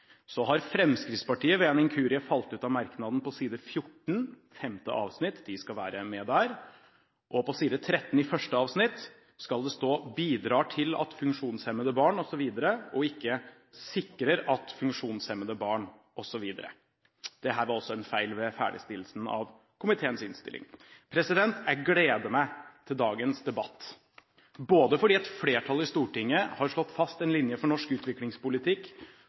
Så har Fremskrittspartiet ved en inkurie falt ut av merknaden på side 14, femte avsnitt. De skal være med der. Jeg gleder meg til dagens debatt, både fordi et flertall i Stortinget har slått fast en linje for norsk utviklingspolitikk